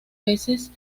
veces